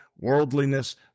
worldliness